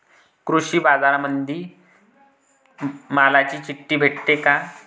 कृषीबाजारामंदी मालाची चिट्ठी भेटते काय?